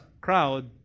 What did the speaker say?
crowd